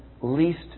least